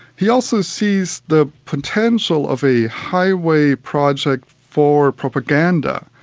he also sees the potential of a highway project for propaganda.